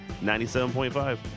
97.5